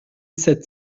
sept